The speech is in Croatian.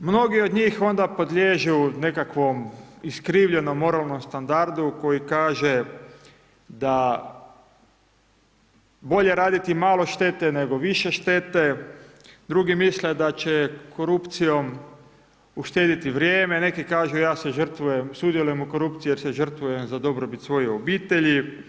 Mnogi od njih onda podliježu nekakvom iskrivljenom moralnom standardu koji kaže da bolje raditi malo štete nego više štete, drugi misle da će korupcijom uštediti vrijeme, neki kažu ja se žrtvujem, sudjelujem u korupciji jer se žrtvujem za dobrobit svoje obitelji.